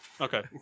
Okay